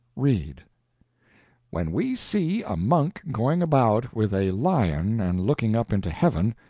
read when we see a monk going about with a lion and looking up into heaven,